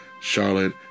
Charlotte